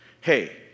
Hey